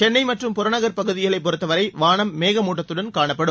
சென்னை மற்றும் புறநகர் பகுதிகளை பொறுத்தவரை வானம் மேகமூட்டத்துடன் காணப்படும்